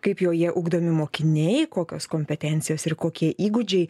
kaip joje ugdomi mokiniai kokios kompetencijos ir kokie įgūdžiai